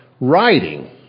writing